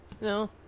no